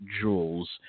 jewels